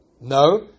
No